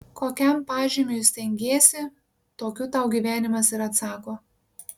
kokiam pažymiui stengiesi tokiu tau gyvenimas ir atsako